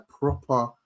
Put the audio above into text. proper